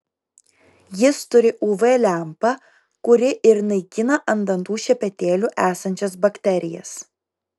jis turi uv lempą kuri ir naikina ant dantų šepetėlių esančias bakterijas